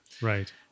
Right